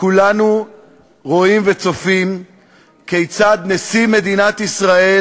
כולנו רואים וצופים כיצד נשיא מדינת ישראל